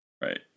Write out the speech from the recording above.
Right